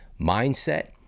mindset